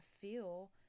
feel